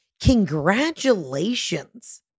Congratulations